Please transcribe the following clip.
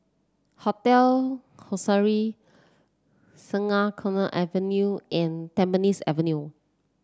Hotel Ascendere Sungei Kadut Avenue and Tampines Avenue